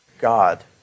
God